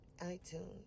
iTunes